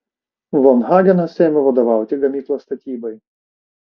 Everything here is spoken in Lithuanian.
von hagenas ėmė vadovauti gamyklos statybai